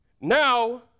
Now